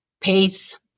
pace